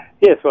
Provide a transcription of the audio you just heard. Yes